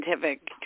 scientific